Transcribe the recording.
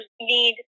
need